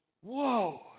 Whoa